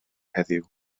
heddiw